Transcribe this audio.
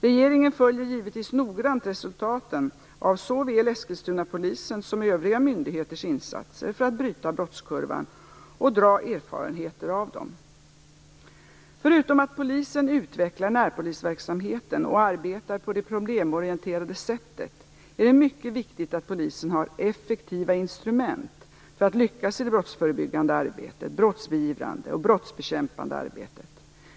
Regeringen följer givetvis noggrant resultaten av såväl Eskilstunapolisens som övriga myndigheters insatser för att bryta brottskurvan och dra erfarenheter av detta. Förutom att polisen utvecklar närpolisverksamheten och arbetar på det problemorienterade sättet är det mycket viktigt att polisen har effektiva instrument för att lyckas i det brottsförebyggande, brottsbeivrande och brottsbekämpande arbetet.